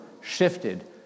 shifted